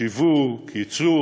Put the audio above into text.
שיווק, ייצור